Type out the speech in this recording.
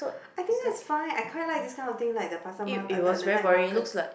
I think that's fine I quite like these kind of thing like the pasar mal~ the the night markets